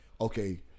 okay